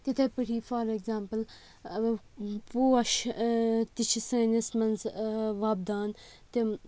تِتھَے پٲٹھی for example پوش تہِ چھِ سٲنِس منٛز وۄپدان تِم